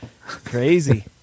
Crazy